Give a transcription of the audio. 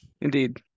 Indeed